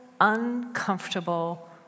uncomfortable